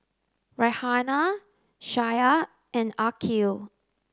Raihana Syah and Aqil